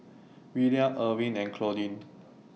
Willia Ervin and Claudine